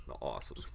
awesome